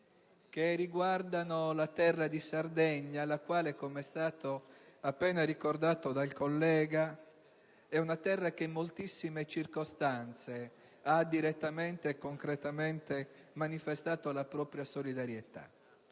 riguardanti la terra di Sardegna la quale, come appena ricordato dal collega Cicolani, è una terra che in moltissime circostanze ha direttamente e concretamente manifestato la propria solidarietà.